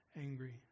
angry